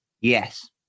Yes